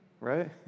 Right